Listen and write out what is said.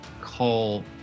call